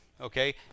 Okay